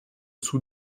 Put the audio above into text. sous